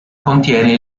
contiene